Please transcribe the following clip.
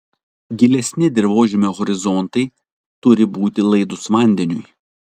gilesni dirvožemio horizontai turi būti laidūs vandeniui